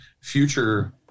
future